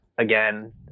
Again